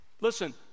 Listen